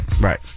Right